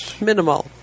Minimal